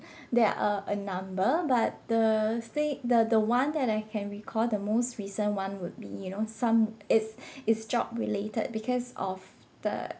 there are a number but the stay the the one that I can recall the most recent one would be you know some it's it's job-related because of the